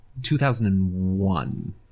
2001